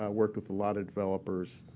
ah worked with a lot of developers.